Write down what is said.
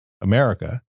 America